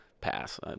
pass